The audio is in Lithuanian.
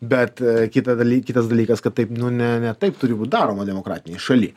bet kita daly kitas dalykas kad taip nu ne ne taip turi būt daroma demokratinėj šaly